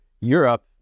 Europe